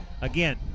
again